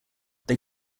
they